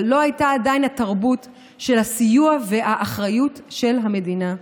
אבל לא הייתה עדיין התרבות של הסיוע והאחריות של המדינה.